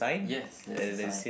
yes there's a sign